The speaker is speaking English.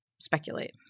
Speculate